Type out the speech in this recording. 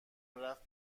رفت